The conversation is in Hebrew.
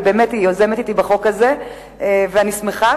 היא באמת יוזמת אתי בחוק הזה ואני שמחה,